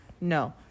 no